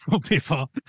people